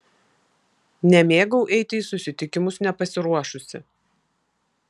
nemėgau eiti į susitikimus nepasiruošusi